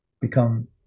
become